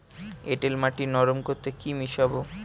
এঁটেল মাটি নরম করতে কি মিশাব?